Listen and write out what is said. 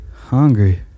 Hungry